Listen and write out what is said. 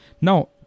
Now